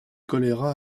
choléra